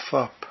up